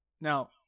Now